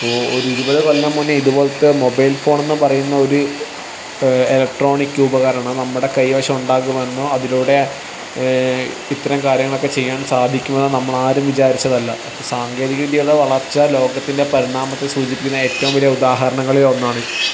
ഇപ്പോൾ ഒരു ഇരുപത് കൊല്ലം മുൻപെ ഇതുപോലത്തെ മൊബൈൽ ഫോണെന്ന് പറയുന്ന ഒരു എലക്ട്രോണിക് ഉപകരണം നമ്മുടെ കൈവശം ഉണ്ടാകുമെന്നോ അതിലൂടെ ഇത്രയും കാര്യങ്ങളൊക്കെ ചെയ്യാൻ സാധിക്കുമെന്നും നമ്മൾ ആരും വിചാരിച്ചതല്ല അപ്പോൾ സാങ്കേതിക വിദ്യയുടെ വളർച്ച ലോകത്തിന്റെ പരിണാമത്തെ സൂചിപ്പിക്കുന്ന ഏറ്റവും വലിയ ഉദാഹരണങ്ങളിൽ ഒന്നാണ്